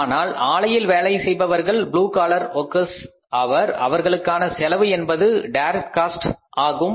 ஆனால் ஆலையில் வேலை செய்பவர்கள் ப்ளூ காலர் ஒர்க்கர்ஸ் அவர் அவர்களுக்கான செலவு என்பது டைரக்ட் காஸ்ட் ஆகும்